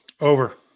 Over